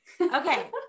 Okay